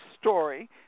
story